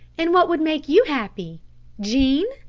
and what would make you happy jean?